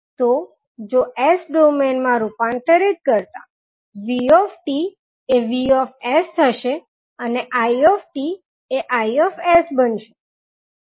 તો જો S ડૉમેઇનમાં રૂપાંતરિત કરતાં vt એ Vs થશે અને it એ Is બનશે